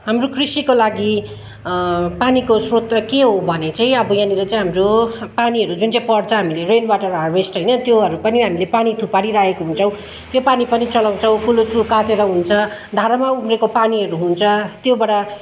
हाम्रो कृषिको लागि पानीको स्रोत के हो भने चाहिँ अब यहाँनिर चाहिँ हाम्रो पानीहरू जुन चाहिँ पर्छ हामीले रेन वाटर हारभेस्ट होइन त्योहरू पनि हामले पानी थुपारिराखेका हुन्छौँ त्यो पानी पनि चलाउँछौँ कुलो सुलो काटेर हुन्छ धारामा उम्रेको पानीहरू हुन्छ त्योबाट